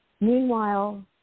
Meanwhile